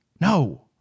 No